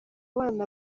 bana